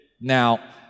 Now